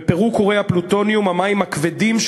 ופירוק כורי הפלוטוניום והמים הכבדים,